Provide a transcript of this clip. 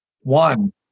One